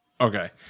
Okay